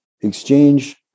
exchange